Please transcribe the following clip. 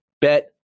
Bet